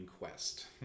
quest